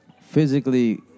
physically